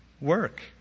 work